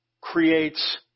creates